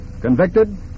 convicted